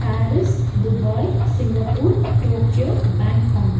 Paris Dubai Singapore Tokyo Bangkok